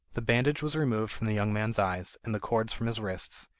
the bandage was removed from the young man's eyes, and the cords from his wrists,